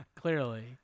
clearly